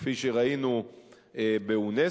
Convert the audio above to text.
כפי שראינו באונסק"ו.